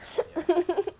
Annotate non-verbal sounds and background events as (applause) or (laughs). (laughs)